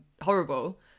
horrible